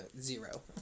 Zero